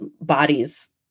bodies